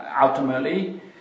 ultimately